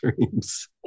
dreams